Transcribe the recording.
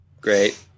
Great